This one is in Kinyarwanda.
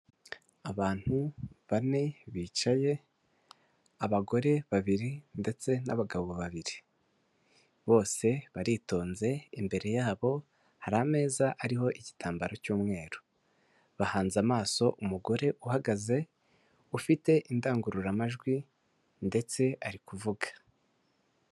Abantu bane bicaye abagore babiri ndetse n'abagabo babiri bose baritonze, imbere yabo hari ameza ariho igitambaro cy'umweru. Bahanze amaso umugore uhagaze ufite indangururamajwi ndetse ari kuvuga.